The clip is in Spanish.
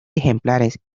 ejemplares